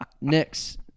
Next